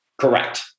Correct